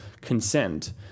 consent